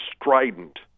strident